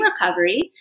recovery